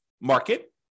market